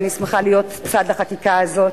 ואני שמחה להיות צד לחקיקה הזאת.